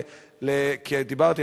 כי דיברתי,